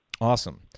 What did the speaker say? Awesome